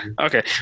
okay